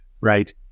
right